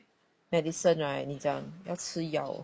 medicine right 你讲要吃药